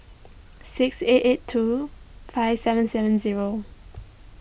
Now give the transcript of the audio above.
six eight eight two five seven seven zero